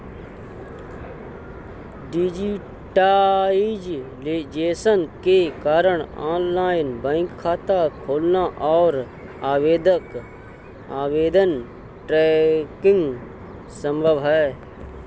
digitisation के कारण online bank खाता खोलना और आवेदन ट्रैकिंग संभव हैं